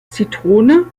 zitrone